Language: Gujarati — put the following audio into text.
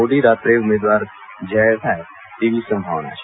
મોડી રાત્રે ઉમેદવાર જાહેર થાય તેવી સંભાવના છે